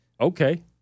Okay